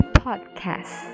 podcast